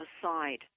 aside